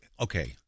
Okay